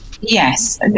yes